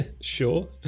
Sure